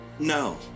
No